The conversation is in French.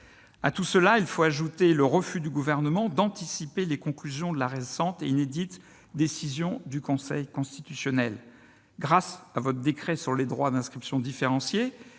À tout cela, il faut ajouter le refus du Gouvernement d'anticiper les conclusions de la récente et inédite décision du Conseil constitutionnel. Grâce à votre décret sur les droits d'inscription différenciés,